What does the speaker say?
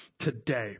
today